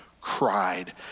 cried